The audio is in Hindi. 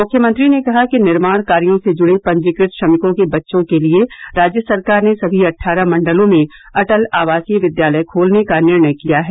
मुख्यमंत्री ने कहा कि निर्माण कायों से जुड़े पंजीकृत श्रमिकों के बच्चों के लिये राज्य सरकार ने सभी अट्ठारह मण्डलों में अटल आवासीय विद्यालय खोलने का निर्णय किया है